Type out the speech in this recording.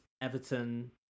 Everton